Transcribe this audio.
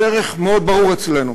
זה ערך מאוד ברור אצלנו